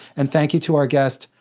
and thank you to our guest,